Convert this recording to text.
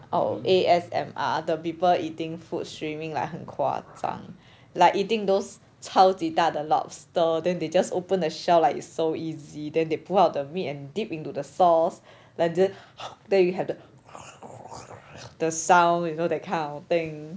oh A_S_M_R the people eating food streaming 来很夸张 like eating those 超级大的 lobster then they just open a shell like it's so easy then they pull out the meat and deep into the sauce like they then you have the the sound you know that kind of thing